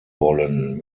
wollen